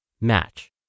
match